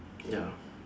ya